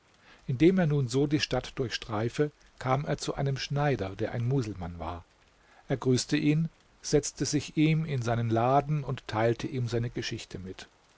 indem er nun so die stadt durchstreife kam er zu einem schneider der ein muselmann war er grüßte ihn setzte sich zu ihm in seinen laden und teilte ihm seine geschichte mit